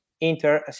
Inter